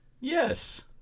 Yes